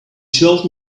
told